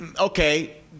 okay